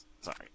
Sorry